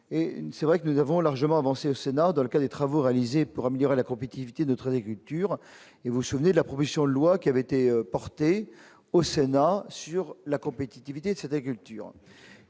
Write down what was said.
c'est vrai que nous avons largement avancée au Sénat, dans lequel les travaux réalisés pour améliorer la compétitivité de traîner, culture et vous vous souvenez de la proposition de loi qui avait été porté au Sénat sur la compétitivité, c'était culture